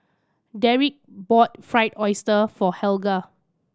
Dereck bought Fried Oyster for Helga